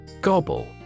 Gobble